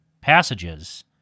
passages